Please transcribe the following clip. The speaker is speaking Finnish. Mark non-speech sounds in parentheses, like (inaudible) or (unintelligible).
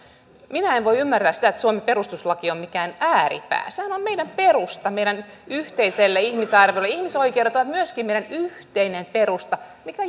minä en voi ymmärtää sitä että suomen perustuslaki on mikään ääripää sehän on meidän perustamme meidän yhteiselle ihmisarvollemme ihmisoikeudet ovat myöskin meidän yhteinen perustamme mikä (unintelligible)